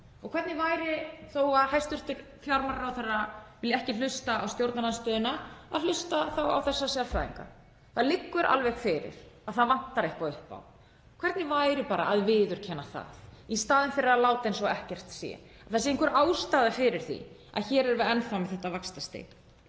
Hvernig væri, þó að hæstv. fjármálaráðherra vilji ekki hlusta á stjórnarandstöðuna, að hlusta á þessa sérfræðinga? Það liggur alveg fyrir að það vantar eitthvað upp á. Hvernig væri bara að viðurkenna í staðinn fyrir að láta eins og ekkert sé að það sé einhver ástæða fyrir því að hér erum við enn þá með þetta vaxtastig?